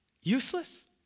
Useless